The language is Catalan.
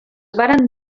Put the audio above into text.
varen